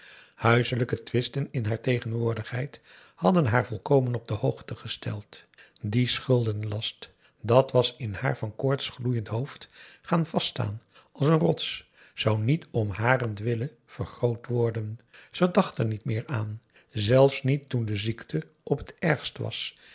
huiselijke twisten in haar tegenwoordigheid hadden haar volkomen op de hoogte gesteld die schuldenlast dat was in haar van koorts gloeiend hoofd gaan vast staan als een rots zou niet om harentwille vergroot worden ze dacht er niet meer aan zelfs niet toen de ziekte op het ergst was